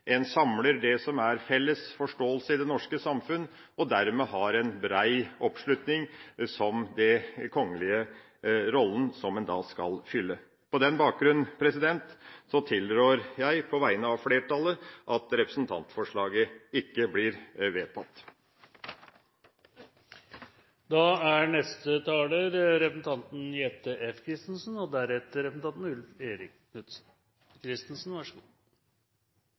og samler det som er felles forståelse i det norske samfunn. Dermed har en bred oppslutning om den kongelige rollen som en skal fylle. På denne bakgrunn tilrår jeg på vegne av flertallet at representantforslaget ikke blir vedtatt. Tusen takk til representanten Lundteigen for at han som saksordførar har behandla denne saka med tyngd og alvor. Det er